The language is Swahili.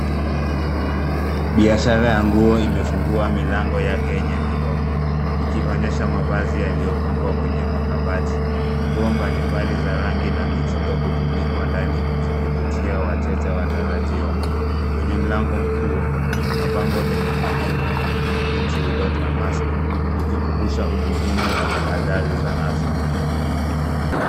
Biashara ya nguo imefungwa milango yake yenye vioo ikionyesha mavazi yaliyopangwa kwenye makabati. Nguo mbalimbali za rangi na mitindo hutundikwa ndani zikivutia wateja watarajiwa. Kwenye mlango mkuu kuna bango lenye maneno no entry without a mask likikumbusha umuhimu wa tahadhari za afya.